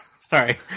Sorry